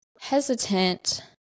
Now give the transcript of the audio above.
hesitant